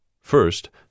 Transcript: first